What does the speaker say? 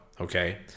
okay